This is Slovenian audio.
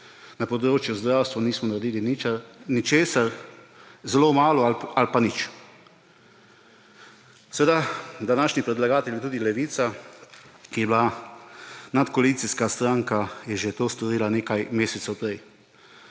na področju zdravstva nismo naredili ničesar, zelo malo ali pa nič. Današnji predlagatelj je tudi Levica, ki je bila nadkoalicijska stranka, je že to storila nekaj mesecev prej.